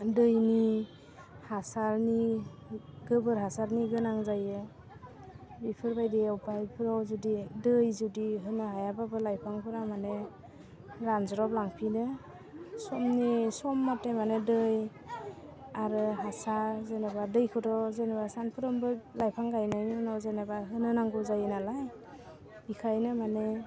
दैनि हासारनि गोबोर हासारनि गोनां जायो बेफोर बायदियाव जुदि दै जुदि होनो हायाबाबो लाइफांफोरा मानि रानज्रबलांफिनो समनि सम मथे माने दै आरो हासार जेनेबा दैखौथ' जेनेबा सानफ्रोमबो लाइफां गायनायनि उनाव जेनेबा होनो नांगौ जायो नालाय बिखायनो माने